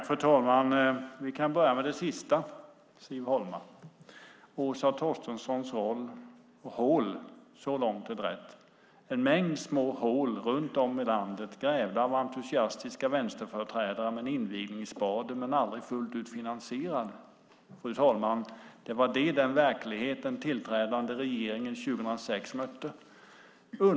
Fru talman! Vi kan börja med det sista, Siv Holma. Det fanns en mängd små hål runt om i landet. Så långt är det rätt. De grävdes av entusiastiska vänsterföreträdare med en invigningsspade, men de var aldrig fullt ut finansierade. Fru talman! Det var den verkligheten den tillträdande regeringen 2006 mötte.